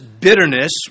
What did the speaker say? bitterness